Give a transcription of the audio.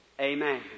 Amen